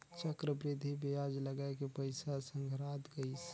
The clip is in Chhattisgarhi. चक्रबृद्धि बियाज लगाय के पइसा संघरात गइस